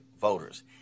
voters